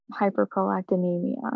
hyperprolactinemia